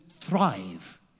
thrive